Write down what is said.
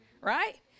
right